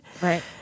Right